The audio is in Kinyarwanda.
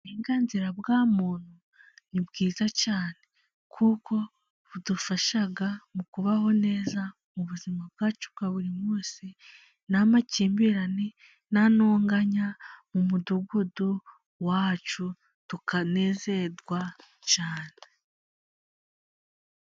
Uburenganzira bwa muntu ni bwiza cyane, kuko budufasha mu kubaho neza mu buzima bwacu bwa buri munsi, nta makimbirane, nta ntonganya mu mudugudu wacu, tukanezerwa cyane.